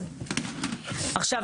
עכשיו,